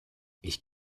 ich